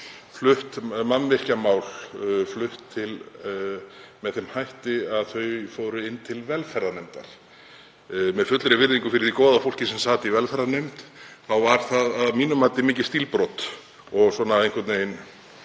voru mannvirkjamál flutt til með þeim hætti að þau fóru til velferðarnefndar. Með fullri virðingu fyrir því góða fólki sem sat í velferðarnefnd var það að mínu mati mikið stílbrot og einhvern veginn